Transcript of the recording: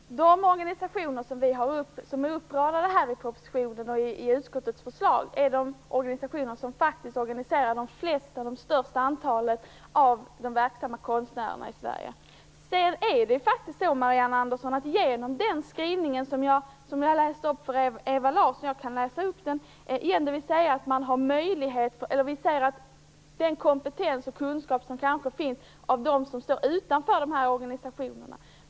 Herr talman! De organisationer som är uppradade i propositionen och i utskottets förslag är de organisationer som faktiskt organiserar de flesta, det största antalet, av de verksamma konstnärerna i Sverige. Skrivningen jag läste upp för Ewa Larsson - och jag kan läsa upp den igen - innebär att det kanske finns kompetens och kunskap även hos dem som står utanför organisationerna.